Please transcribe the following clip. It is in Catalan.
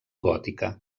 gòtica